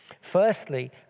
Firstly